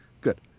Good